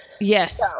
Yes